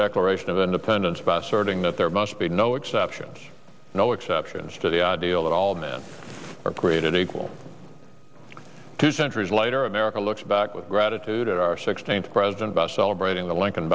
declaration of independence by starting that there must be no exceptions no exceptions to the deal that all men are created equal two centuries later america looks back with gratitude at our sixteenth president about celebrating the lincoln